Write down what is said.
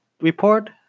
report